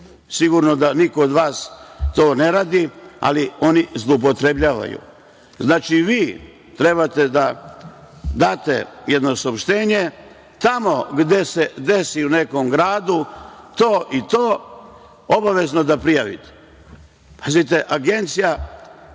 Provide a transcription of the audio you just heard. Sigurno da niko od vas to ne radi, ali oni zloupotrebljavaju. Znači, vi treba da date jedno saopštenje - tamo gde se desi u nekom gradu to i to, obavezno da prijavite. Pazite, Agencija